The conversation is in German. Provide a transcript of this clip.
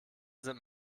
sind